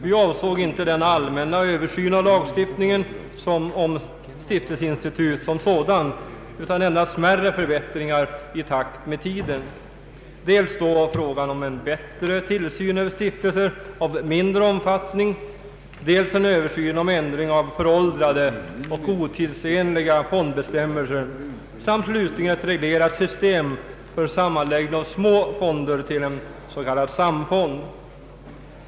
Vi avsåg inte en allmän översyn av lagstiftningen om stiftelseinstitutet utan endast smärre förbättringar i takt med tiden — dels en bättre tillsyn över stiftelser av mindre omfattning, dels en översyn om ändring av föråldrade och otidsenliga fondbestämmelser, dels slutligen ett reglerat system för sammanläggning av små fonder till en s.k. samfond.